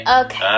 okay